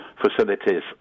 facilities